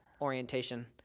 Orientation